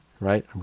right